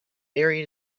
bury